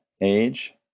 age